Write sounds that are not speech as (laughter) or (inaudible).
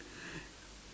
(breath)